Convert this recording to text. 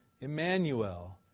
Emmanuel